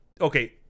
Okay